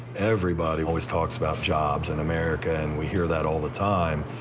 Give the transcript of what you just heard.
everybody always talks about jobs and america, and we hear that all the time.